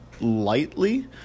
lightly